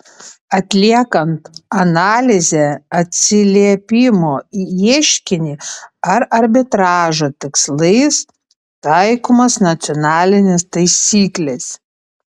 atliekant analizę atsiliepimo į ieškinį ar arbitražo tikslais taikomos nacionalinės taisyklės